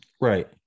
Right